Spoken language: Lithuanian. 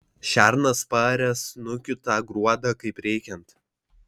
šernas paarė snukiu tą gruodą kaip reikiant